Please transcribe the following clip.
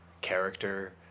character